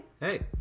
Hey